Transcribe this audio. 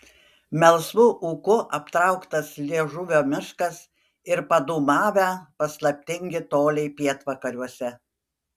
melsvu ūku aptrauktas liežuvio miškas ir padūmavę paslaptingi toliai pietvakariuose